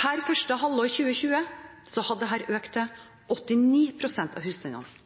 Per første halvår 2020 hadde dette økt til 89 pst. av